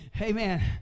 amen